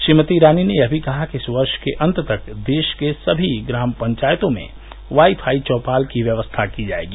श्रीमती ईरानी ने यह भी कहा कि इस वर्ष के अन्त तक देश की सभी ग्राम पंचायतों में वाईफाई चौपाल की व्यवस्था की जायेगी